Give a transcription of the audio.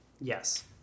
Yes